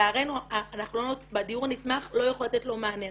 שלצערנו בדיור הנתמך לא יכולים לתת להם מענה.